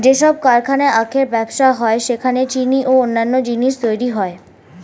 যেসব কারখানায় আখের ব্যবসা হয় সেখানে চিনি ও অন্যান্য জিনিস তৈরি হয়